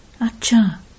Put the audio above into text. Acha